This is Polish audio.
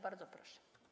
Bardzo proszę.